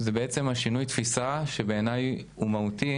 זה בעצם השינוי תפיסה שבעיני הוא מהותי,